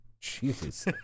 Jesus